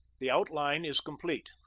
the outline is complete.